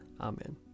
Amen